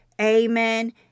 Amen